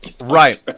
right